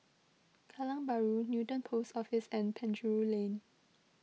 Kallang Bahru Newton Post Office and Penjuru Lane